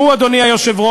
הוא, אדוני היושב-ראש,